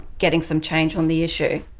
getting some change on the issue.